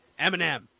Eminem